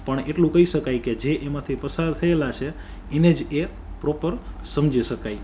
પણ એટલું કઈ શકાય કે જે એમાંથી પસાર થએલા છે એને જ એ પ્રોપર સમઝી શકાય